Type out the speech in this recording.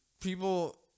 people